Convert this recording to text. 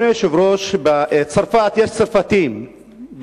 בצרפת יש צרפתים,